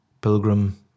Pilgrim